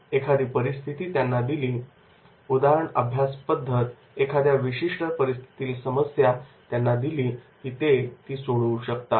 एखादी परिस्थिती त्यांना दिली केस स्टडी पद्धत एखाद्या विशिष्ट परिस्थितीतील समस्या दिल्यावर ते सोडवू शकतात